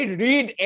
read